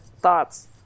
thoughts